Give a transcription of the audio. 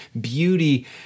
beauty